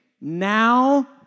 Now